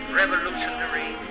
revolutionary